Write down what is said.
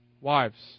Wives